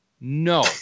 no